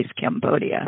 Cambodia